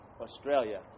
Australia